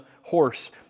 horse